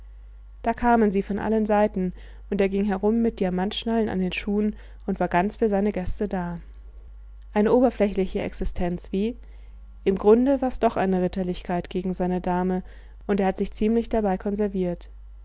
da kamen sie von allen seiten und er ging herum mit diamantschnallen an den schuhen und war ganz für seine gäste da eine oberflächliche existenz wie im grunde wars doch eine ritterlichkeit gegen seine dame und er hat sich ziemlich dabei konserviert